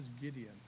Gideon